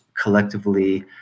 collectively